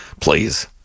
Please